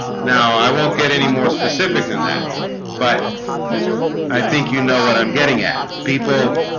now i won't get any more specific than that but i think you know what i'm getting at people.